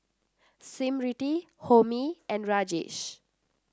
Smriti Homi and Rajesh